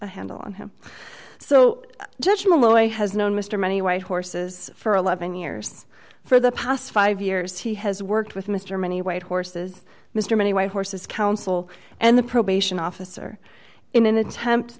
a handle on him so judge malloy has known mr money white horses for eleven years for the past five years he has worked with mr many white horses mr many white horses counsel and the probation officer in an attempt